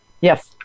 Yes